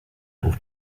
auf